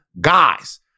guys